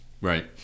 Right